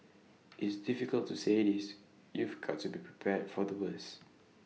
it's difficult to say this you've got to be prepared for the worst